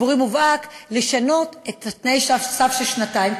ציבורי מובהק לשנות את תנאי סף של שנתיים,